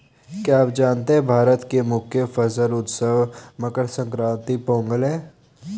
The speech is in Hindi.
क्या आप जानते है भारत में मुख्य फसल उत्सव मकर संक्रांति, पोंगल है?